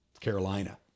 Carolina